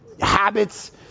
habits